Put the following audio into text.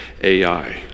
AI